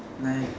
like